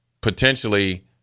potentially